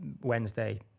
Wednesday